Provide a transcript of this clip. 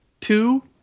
two